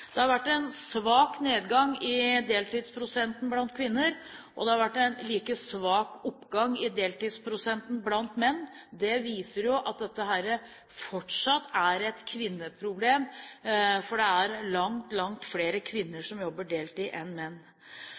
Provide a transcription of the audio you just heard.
Det har vært en svak nedgang i deltidsprosenten blant kvinner, og det har vært en like svak oppgang i deltidsprosenten blant menn. Det viser jo at dette fortsatt er et kvinneproblem, for det er langt, langt flere kvinner som jobber deltid enn menn.